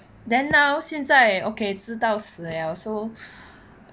then now 现在 okay 知道死 liao ya so